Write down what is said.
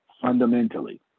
fundamentally